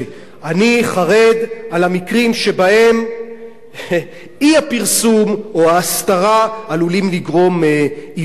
חרד למקרים שבהם האי-פרסום או ההסתרה עלולים לגרום עיוות,